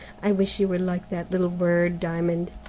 i wish you were like that little bird, diamond,